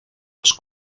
els